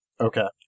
Okay